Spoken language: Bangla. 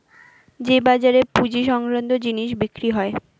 যে বাজারে পুঁজি সংক্রান্ত জিনিস বিক্রি হয়